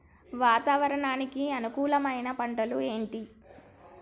వాతావరణానికి అనుకూలమైన పంటలు ఏంటి?